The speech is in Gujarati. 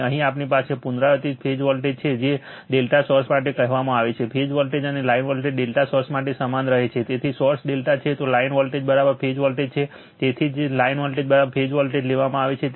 અને અહીં આપણી પાસે પુનરાવર્તિત ફેઝ વોલ્ટેજ છે જે ∆ સોર્સ માટે કહેવામાં આવે છે ફેઝ વોલ્ટેજ અને લાઇન વોલ્ટેજ ∆ સોર્સ માટે સમાન રહે છે તેથી સોર્સ ∆ છે તો લાઇન વોલ્ટેજ ફેઝ વોલ્ટેજ છે તેથી જ તેને લાઇન વોલ્ટેજ ફેઝ વોલ્ટેજ લેવામાં આવે છે